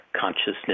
consciousness